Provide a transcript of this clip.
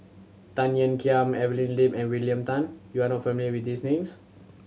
Tan Ean Kiam Evelyn Lip and William Tan you are not familiar with these names